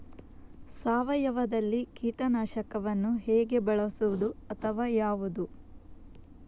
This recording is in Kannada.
ಸಾವಯವದಲ್ಲಿ ಕೀಟನಾಶಕವನ್ನು ಹೇಗೆ ಬಳಸುವುದು ಅಥವಾ ಯಾವುದು?